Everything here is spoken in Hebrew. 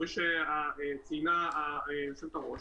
כפי שציינה היו"ר,